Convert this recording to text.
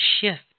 shift